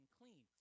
clean